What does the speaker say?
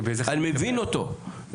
אני מבין אותו.